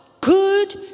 good